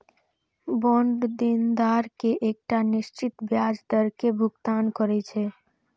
bond देनदार कें एकटा निश्चित ब्याज दर के भुगतान करै छै